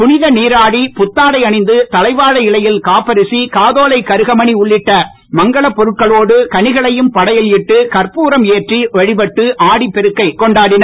புனித நீராடி புத்தாடை அணிந்து தலைவாழை இலையில் காப்பரிசி காதோலை கருகமணி உள்ளிட்ட மங்கலப்பொருட்களோடு கனிகளையும் படையல் இட்டு கர்ப்பூரம் ஏற்றி வழிபட்டு ஆடிப்பெருக்கைக் கொண்டாடினர்